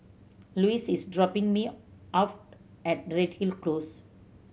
Louise is dropping me off at Redhill Close